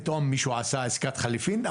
פתאום מישהו עשה עסקת חליפין.